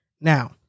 Now